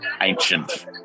ancient